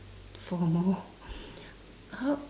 four more how